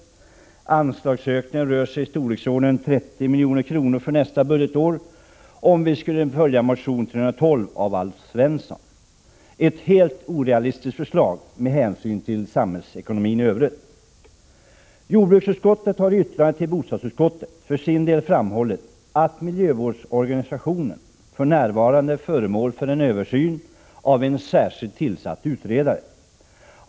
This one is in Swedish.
Det skulle röra sig om en anslagsökning i storleksordningen 30 milj.kr. för nästa budgetår, om vi skulle följa motion Bo312 av Alf Svensson. Det är ett helt orealistiskt förslag med hänsyn till samhällsekonomin i övrigt. Jordbruksutskottet har i ett yttrande till bostadsutskottet framhållit att miljövårdsorganisationen för närvarande är föremål för en översyn av en särskilt tillsatt utredare.